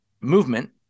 movement